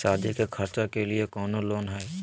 सादी के खर्चा के लिए कौनो लोन है?